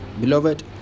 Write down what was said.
beloved